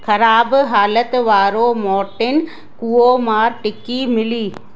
ख़राबु हालत वारो मॉर्टिन कुओमार टिकी मिली